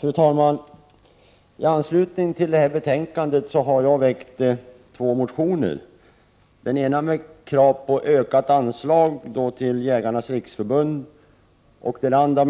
Fru talman! I betänkandet behandlas bl.a. två motioner som jag har väckt. I den ena framförs krav på ett ökat anslag till Jägarnas riksförbund, och den andra